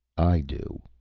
i do,